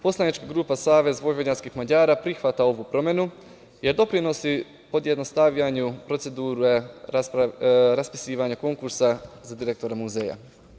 Poslanička grupa SVM prihvata ovu promenu, jer doprinosi pojednostavljanju procedura raspisivanja konkursa za direktora muzeja.